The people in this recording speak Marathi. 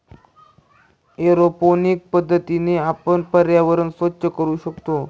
एरोपोनिक पद्धतीने आपण पर्यावरण स्वच्छ करू शकतो